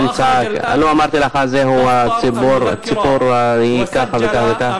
לא אמרתי לך שהציפור היא ככה וככה וככה?